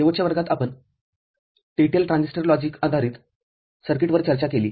शेवटच्या वर्गात आपण TTL ट्रान्झिस्टर लॉजिक आधारित सर्किटवर चर्चा केली